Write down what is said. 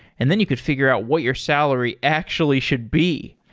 and then you could figure out what your salary actually should be.